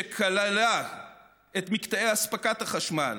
שכלל מקטעי אספקת החשמל